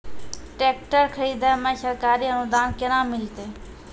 Tractor खरीदै मे सरकारी अनुदान केना मिलतै?